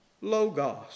Logos